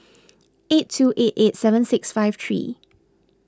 eight two eight eight seven six five three